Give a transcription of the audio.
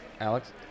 Alex